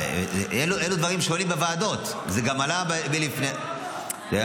--- אלו דברים ששואלים בוועדות וזה גם עלה לפני כן.